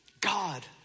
God